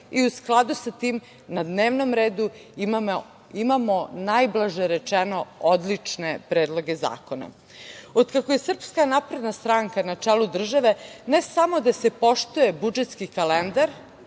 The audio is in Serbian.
i u skladu sa tim na dnevnom redu imamo, najblaže rečeno, odlične predloge zakona. Od kako je SNS na čelu države ne samo da se poštuje budžetski kalendar,